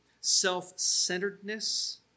self-centeredness